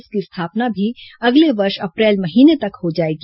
इसकी स्थापना भी अगले वर्ष अप्रैल महीने तक हो जाएगी